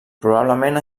probablement